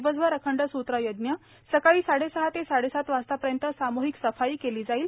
दिवसभर अखंड सूत्रयज्ञ सकाळी साडेसहा ते साडेसात वाजतापर्यंत सामूहिक सफाई केली जाईल